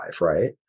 right